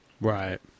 Right